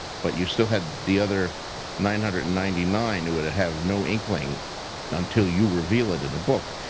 but you still had the other nine hundred and ninety nine who would have no inkling until you reveal it in a book.